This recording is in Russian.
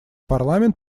парламент